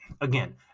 again